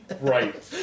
Right